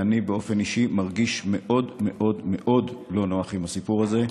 אני באופן אישי מרגיש מאוד מאוד מאוד לא נוח עם הסיפור הזה,